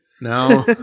No